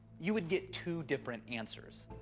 you would get two different answers.